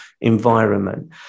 environment